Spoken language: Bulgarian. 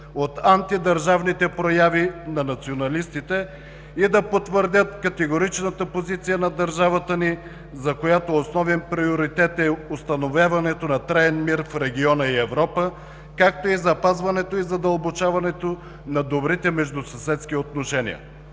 от антидържавните прояви на националистите и да потвърдят категоричната позиция на държавата ни, за която основен приоритет е установяването на траен мир в региона и Европа, както и запазването и задълбочаването на добрите междусъседски отношения.